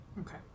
Okay